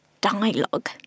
dialogue